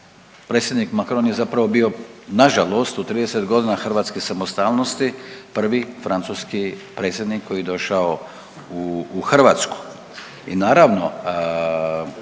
predsjednik Macron je zapravo bio nažalost u 30 godina hrvatske samostalnosti prvi francuski predsjednik koji je došao u Hrvatsku